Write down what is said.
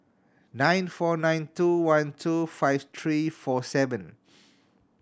nine four nine two one two five three four seven